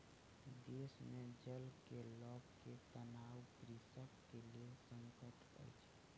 देश मे जल के लअ के तनाव कृषक के लेल संकट अछि